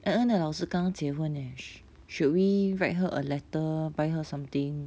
蒽蒽的老师刚结婚 eh should we write her a letter buy her something